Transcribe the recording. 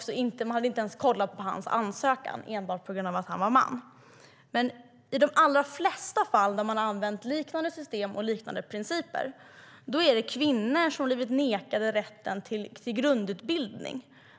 Man hade inte ens kollat på hans ansökan, enbart på grund av att han var man. Men i de allra flesta fall där man har använt liknande system och principer är det kvinnor som nekats rätten till grundutbildning.